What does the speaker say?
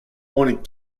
want